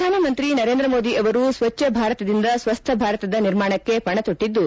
ಪ್ರಧಾನಮಂತ್ರಿ ನರೇಂದ್ರ ಮೋದಿ ಅವರು ಸ್ವಜ್ಞ ಭಾರತದಿಂದ ಸ್ವಸ್ಥಭಾರತದ ನಿರ್ಮಾಣಕ್ಕೆ ಪಣತೊಟ್ಟಿದ್ದು